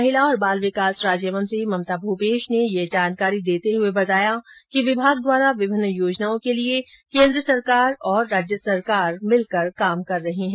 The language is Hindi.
महिला और बाल विकास राज्य मंत्री ममता भूपेश ने ये जानकारी देते हुए बताया कि विभाग द्वारा विभिन्न योजनाओं के लिए केंद्र सरकार और राज्य सरकार द्वारा मिलकर काम किया जा रहा है